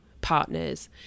partners